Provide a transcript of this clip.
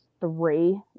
three